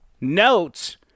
notes